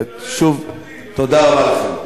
שוב, תודה רבה.